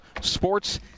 Sports